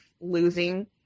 losing